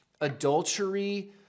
Adultery